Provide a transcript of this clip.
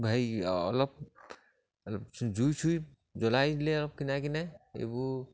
ভাই অলপ অলপ জুই চুই জ্বলাই দিলে অলপ কিনাৰে কিনাৰে এইবোৰ